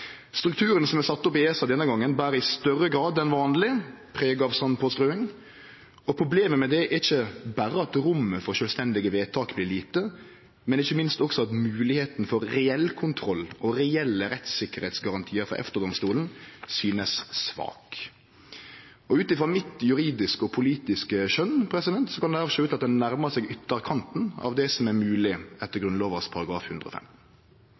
Strukturen som er sett opp i ESA denne gongen, ber i større grad enn vanleg preg av sandpåstrøing. Problemet med det er ikkje berre at rommet for sjølvstendige vedtak blir lite, men ikkje minst også at moglegheita for reell kontroll og reelle rettstryggleiksgarantiar for EFTA-domstolen synest svak. Ut frå mitt juridiske og politiske skjøn kan ein slutte at det nærmar seg ytterkanten av det som er mogleg etter